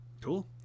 cool